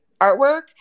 artwork